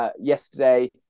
yesterday